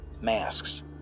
Masks